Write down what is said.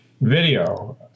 video